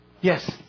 Yes